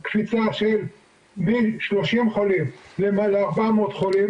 שם היה מקרה תקיפה של חרדי על ידי נער שכנראה גם הוא היה בגילופין.